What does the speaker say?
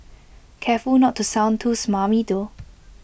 careful not to sound too smarmy though